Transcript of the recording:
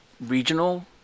regional